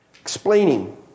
explaining